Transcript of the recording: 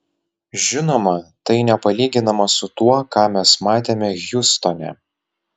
žinoma tai nepalyginama su tuo ką mes matėme hjustone